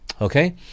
Okay